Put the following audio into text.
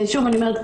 שוב אני אומרת,